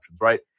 right